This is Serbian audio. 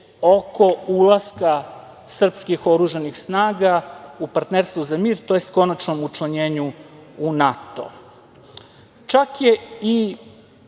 oko ulaska srpskih oružanih snaga u Partnerstvo za mir tj. konačnom učlanjenju u NATO. Čak je i